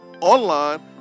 online